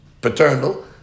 paternal